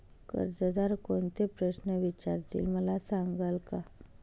कर्जदार कोणते प्रश्न विचारतील, मला सांगाल का?